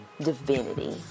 divinity